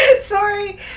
Sorry